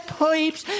pipes